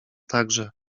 także